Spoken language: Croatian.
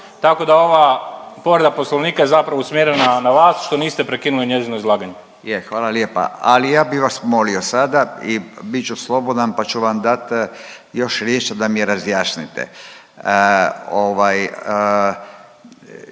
tako da ova povreda poslovnika je zapravo usmjerena na vas što niste prekinuli njezino izlaganje.